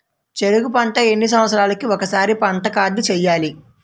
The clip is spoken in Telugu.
చెరుకు పంట ఎన్ని సంవత్సరాలకి ఒక్కసారి పంట కార్డ్ చెయ్యాలి?